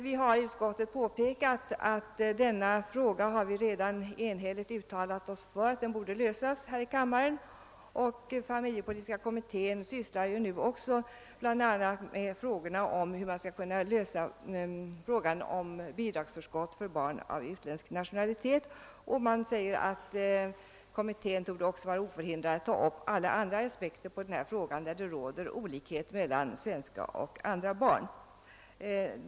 Vi har i utskottet påpekat att vi redan enhälligt har uttalat oss för att detta problem borde lösas här i riksdagen, och familjepolitiska kommittén sysslar ju nu bl.a. även med frågan om bidragsförskott för barn av utländsk nationalitet. Utskottet säger att kommittén också torde vara oförhindrad att ta upp alla andra aspekter på denna fråga där det råder olikhet mellan svenska och utländska barn.